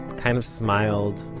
kind of smiled,